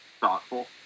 thoughtful